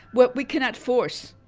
but we cannot force,